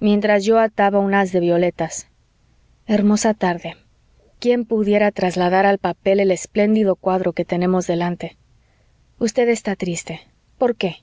mientras yo ataba un haz de violetas hermosa tarde quién pudiera trasladar al papel el espléndido cuadro que tenemos delante usted está triste por qué